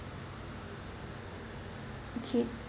okay